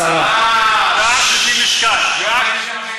יש לי את השרה.